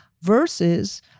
versus